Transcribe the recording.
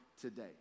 today